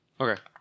Okay